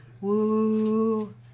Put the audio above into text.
woo